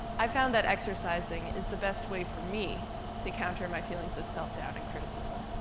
i've found that exercising is the best way for me to counter my feelings of self-doubt and criticism.